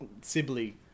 Sibley